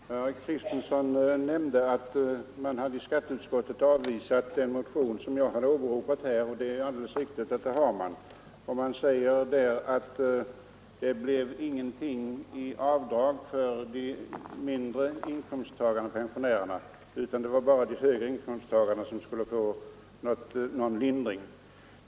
Herr talman! Herr Kristenson nämnde att man i skatteutskottet hade avvisat den motion som jag har åberopat här. Detta är alldeles riktigt; det har man gjort. Man säger där att det därigenom inte skulle bli någon ändring i avdrag för de lägre inkomsttagarna-pensionärerna, utan att bara de högre inkomsttagarna-pensionärerna, skulle få någon lindring.